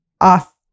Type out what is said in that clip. off